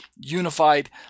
unified